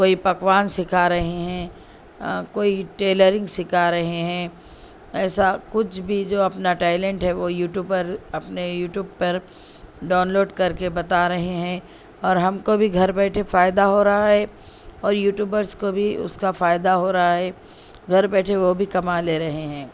کوئی پکوان سکھا رہے ہیں کوئی ٹیلرنگ سکھا رہے ہیں ایسا کچھ بھی جو اپنا ٹائلنٹ ہے وہ یوٹیوب پر اپنے یوٹیوب پر ڈاؤنلوڈ کر کے بتا رہے ہیں اور ہم کو بھی گھر بیٹھے فائدہ ہو رہا ہے اور یوٹیوبرس کو بھی اس کا فائدہ ہو رہا ہے گھر بیٹھے وہ بھی کما لے رہے ہیں